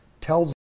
tells